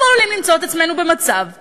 אנחנו עלולים למצוא את עצמנו במצב שבו,